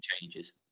changes